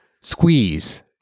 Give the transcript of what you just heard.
squeeze